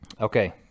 Okay